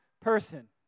person